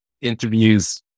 interviews